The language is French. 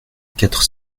quatre